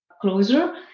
closer